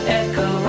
echo